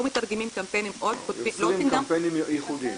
לא מתרגמים קמפיינים --- עושים קמפיינים ייחודיים.